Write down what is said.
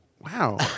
Wow